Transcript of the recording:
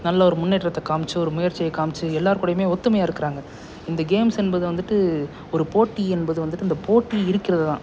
நல்ல ஒரு முன்னேற்றத்தை காமிச்சு ஒரு முயற்சியை காமிச்சு எல்லோர் கூடயுமே ஒத்துமையாக இருக்கிறாங்க இந்த கேம்ஸ் என்பது வந்துவிட்டு ஒரு போட்டி என்பது வந்துவிட்டு இந்த போட்டி இருக்கிறது தான்